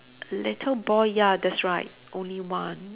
little boy ya that's right only one